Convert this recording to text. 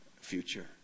future